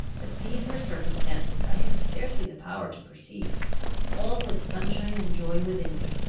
but these were circumstances i had scarcely the power to perceive all was sunshine and joy within me.